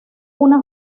una